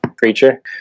creature